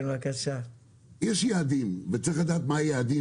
יש יעדים וצריך לדעת מה הם.